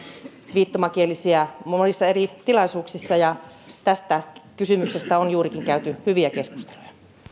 viittomakielisiä tulkkeja monissa eri tilaisuuksissa ja tästä kysymyksestä on juurikin käyty hyviä keskusteluja